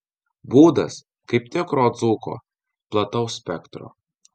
būdas kaip tikro dzūko plataus spektro